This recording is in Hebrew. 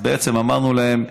בעצם אמרנו להם,